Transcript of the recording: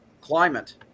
climate